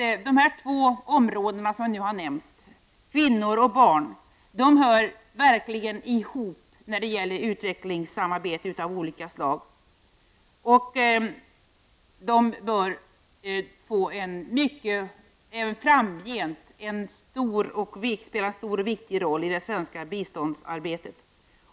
De två områden som jag har nämnt, dvs. kvinnor och barn, hör verkligen ihop när det gäller utvecklingssamarbete av olika slag, och de bör framgent spela en stor och viktig roll i det svenska biståndsarbetet.